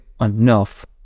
enough